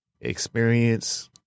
experience